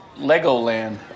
Legoland